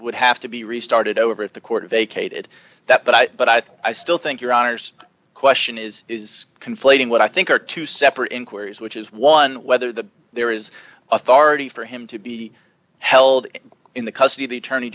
would have to be restarted over at the court vacated that but i but i think i still think your honor's question is is conflating what i think are two separate inquiries which is one whether the there is authority for him to be held in the custody of the attorney